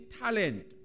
talent